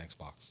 Xbox